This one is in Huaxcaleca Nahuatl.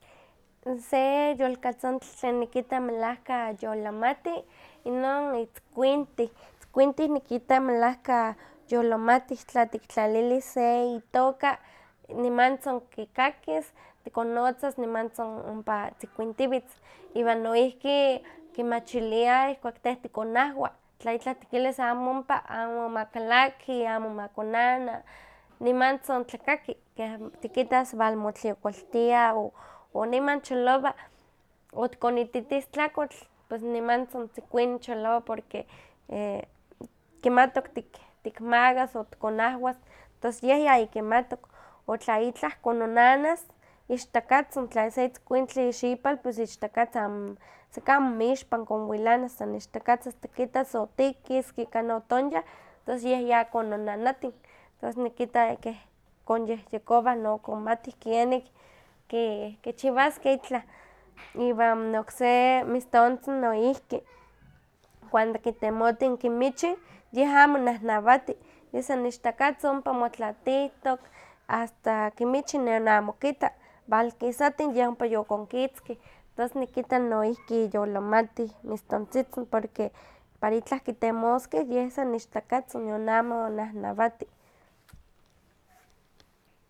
Se yolkatzintli tlen nikita melahka yolamati inon itzkuintih. Itzkuintih nikita melahka yolamatih, tla tiktlalilis se itooka, nimantzin kikakis, tikonnotzas nimantzin ompa tzikuintiwitz. Iwan noihki kimachilia ihkuak teh tikonahwa, tla itlah tikilis amo ompa, amo ma kalaki, amo ma konana, nimantzin tlakaki, keh tikitas walmotliokoltia, o- oniman cholowa, otikonititis tlakotl, pos nimantzin tzikuini cholowa porque, e- kimatok tik- tikmagas o tikonahwas, tos yeh yayikimatok, o tla itlah kononanas, ichtakatzin, tla se itzkuintli xipal, pues ichtakatzin, am- seki amo moixpan konwilanas, san ichtakatzin, asta kitas otikisk, o kanah otonyah, tos yeh ya kononanatin, tos nikita keh konyehyekowah no konmatih kenik ki- kichiwaskeh itlah. Iwan okse mistintzin noihki, cuando kitemotin kimichin, yeh amo nahnawati, yeh san ichtakatzin ompa motlatihtok, asta kimichin nionamo kitta, walkisatin yeh ompa yokonkitzkih. Tos nikita noihki yolamatih mistontzitzin, porque para itlah kitemoskeh yeh san ichtakatzin porque nion amo nahnawati.